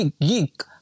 geek